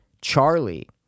Charlie